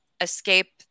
escape